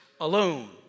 alone